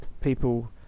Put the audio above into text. people